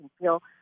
feel